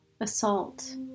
assault